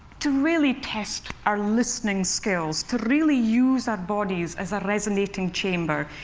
to really test our listening skills, to really use our bodies as a resonating chamber,